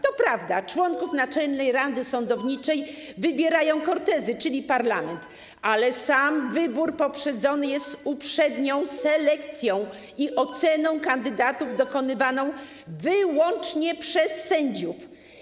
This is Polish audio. To prawda, że członków naczelnej rady sądowniczej wybierają Kortezy, czyli parlament, ale sam wybór poprzedzony jest selekcją i oceną kandydatów dokonywaną wyłącznie przez sędziów.